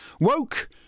Woke